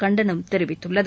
கண்டனம் தெரிவித்துள்ளது